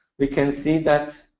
we can see that